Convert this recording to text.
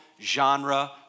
genre